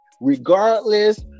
regardless